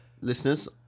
Listeners